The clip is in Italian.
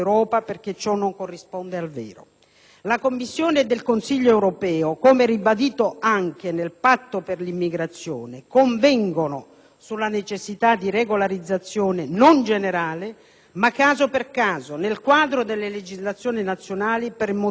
La Commissione e il Consiglio europeo, come ribadito anche nel Patto per l'immigrazione, convengono sulla necessità di regolarizzazione non generale, ma caso per caso, nel quadro delle legislazioni nazionali, per motivi umanitari o economici.